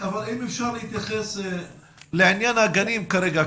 אבל אם אפשר להתייחס לעניין הגנים כרגע,